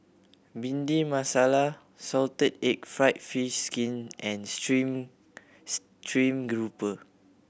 Bhindi Masala salted egg fried fish skin and stream stream grouper